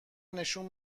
نشون